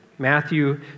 Matthew